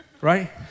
right